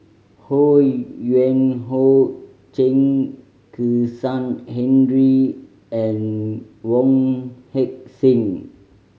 Ho Yuen Hoe Chen Kezhan Henri and Wong Heck Sing